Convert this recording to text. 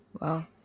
Wow